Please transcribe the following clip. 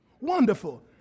Wonderful